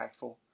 impactful